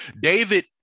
David